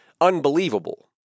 unbelievable